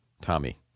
Tommy